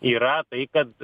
yra tai kad